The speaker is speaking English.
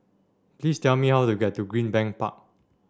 please tell me how to get to Greenbank Park